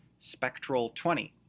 SPECTRAL20